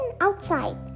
outside